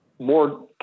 more